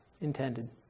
Intended